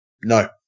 No